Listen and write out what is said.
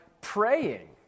praying